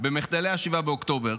במחדלי 7 באוקטובר.